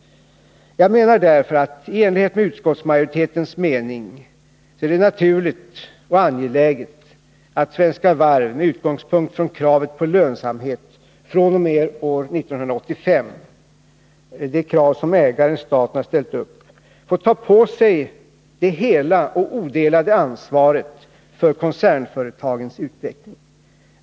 Jag anser därför, i enlighet med utskottsmajoritetens mening, att det är naturligt och angeläget att Svenska Varv med utgångspunkt i kravet på lönsamhet fr.o.m. år 1985 — det krav som ägaren staten har ställt upp — får ta på sig det hela och odelade ansvaret för koncernföretagens utveckling.